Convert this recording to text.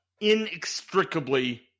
inextricably